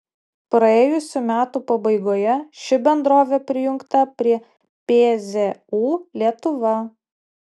praėjusių metų pabaigoje ši bendrovė prijungta prie pzu lietuva